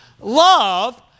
love